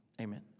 Amen